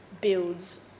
builds